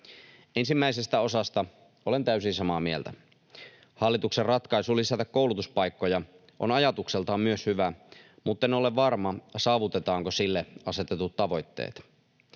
Ensimmäisestä osasta olen täysin samaa mieltä. Myös hallituksen ratkaisu lisätä koulutuspaikkoja on ajatukseltaan hyvä, mutten ole varma, saavutetaanko sille asetetut tavoitteet.